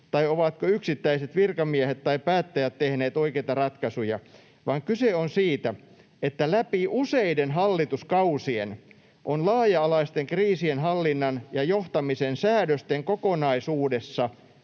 tai ovatko yksittäiset virkamiehet tai päättäjät tehneet oikeita ratkaisuja, vaan kyse on siitä, että läpi useiden hallituskausien on laaja-alaisten kriisien hallinnan ja johtamisen säädösten kokonaisuudessa